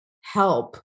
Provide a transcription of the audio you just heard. help